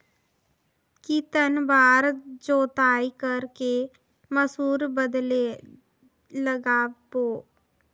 कितन बार जोताई कर के मसूर बदले लगाबो?